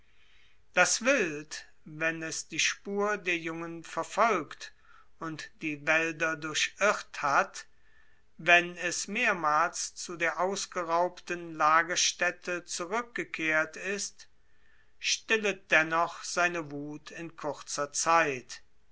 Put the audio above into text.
das wild wenn es die spur der jungen verfolgt und die wälder durchirrt hat wenn es mehrmals zu der ausgeraubten lagerstätte zurückgekehrt ist stillet dennoch seine wuth in kurzer zeit